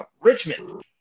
Richmond